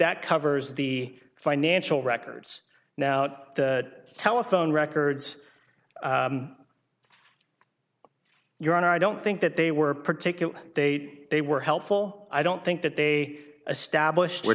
that covers the financial records nout telephone records your honor i don't think that they were particular date they were helpful i don't think that they established we're